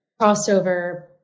crossover